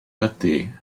ydy